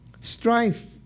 Strife